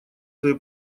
свои